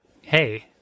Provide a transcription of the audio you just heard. hey